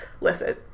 Listen